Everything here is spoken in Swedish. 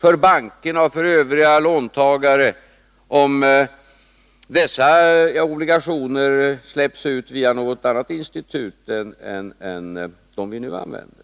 för bankerna och för övriga låntagare om obligationerna släpps ut via något annat institut än dem vi nu använder.